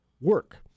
work